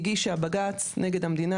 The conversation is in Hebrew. הגישה בג"ץ נגד המדינה.